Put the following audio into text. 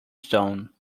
stone